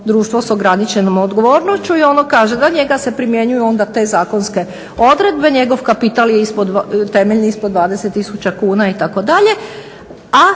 društvo s ograničenom odgovornošću i ono kaže na njega se primjenjuju onda te zakonske odredbe, njegov kapital temeljni je ispod 20 tisuća kuna itd.,